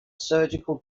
surgical